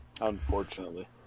unfortunately